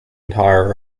entire